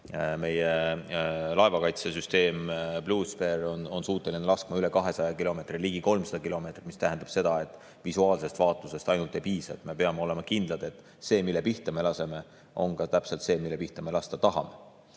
meie laevakaitsesüsteem Blue Spear on suuteline laskma üle 200 kilomeetri, ligi 300 kilomeetrit. See tähendab seda, et visuaalsest vaatlusest ei piisa. Me peame olema kindlad, et see, mille pihta me laseme, on täpselt see, mille pihta me lasta tahame. Nii